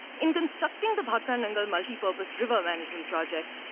in constructing the bhakra nangal multi purpose river management project,